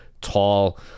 tall